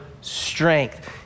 strength